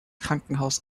krankenhaus